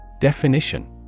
Definition